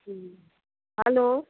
hello